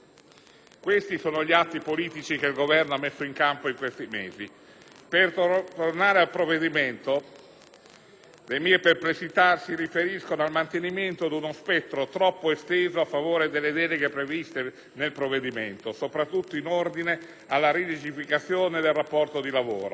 Questi sono gli atti politici che il Governo ha messo in campo in questi mesi. Per tornare al provvedimento, le mie perplessità si riferiscono al mantenimento di uno spettro troppo esteso a favore delle deleghe previste nel provvedimento, soprattutto in ordine alla rilegifìcazione del rapporto di lavoro.